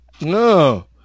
No